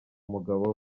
umugabo